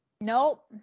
Nope